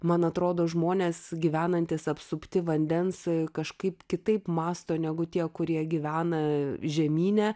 man atrodo žmonės gyvenantys apsupti vandens kažkaip kitaip mąsto negu tie kurie gyvena žemyne